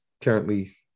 currently